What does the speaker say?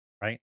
right